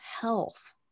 health